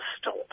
stop